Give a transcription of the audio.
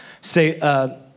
Say